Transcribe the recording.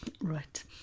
Right